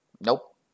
Nope